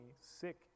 Sick